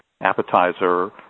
appetizer